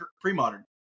pre-modern